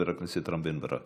ואחריו, חבר הכנסת רם בן ברק.